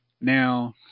Now